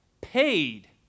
paid